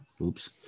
Oops